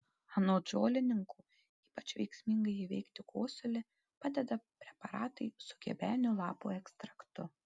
anot žolininkų ypač veiksmingai įveikti kosulį padeda preparatai su gebenių lapų ekstraktu